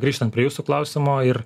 grįžtant prie jūsų klausimo ir